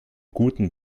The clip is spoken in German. guten